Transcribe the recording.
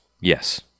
Yes